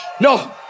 no